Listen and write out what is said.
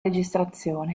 registrazione